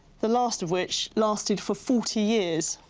the last of which lasted for forty years.